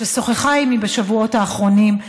ששוחחה עימי בשבועות האחרונים,